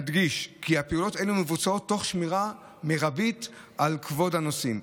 נדגיש כי פעילויות אלה מבוצעות תוך שמירה מרבית על כבוד הנוסעים.